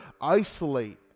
isolate